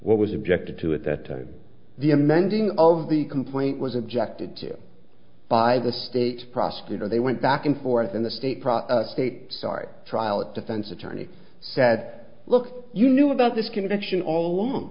what was objected to at that time the amending of the complaint was objected to by the state prosecutor they went back and forth in the state state start trial a defense attorney said look you knew about this conviction all along